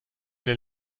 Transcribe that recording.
den